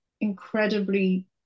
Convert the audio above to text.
incredibly